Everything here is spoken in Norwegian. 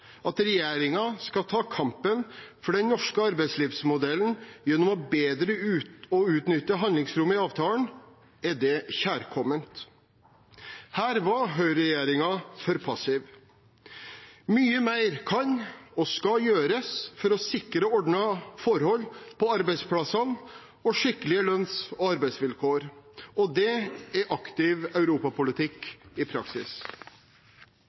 at regjeringen skal ta kampen for den norske arbeidslivsmodellen gjennom bedre å utnytte handlingsrommet i avtalen, er det kjærkomment. Her var Høyre-regjeringen for passiv. Mye mer kan og skal gjøres for å sikre ordnede forhold på arbeidsplassene og skikkelige lønns- og arbeidsvilkår, og det er aktiv europapolitikk i praksis.